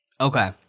Okay